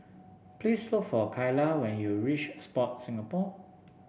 please look for Kyla when you reach Sport Singapore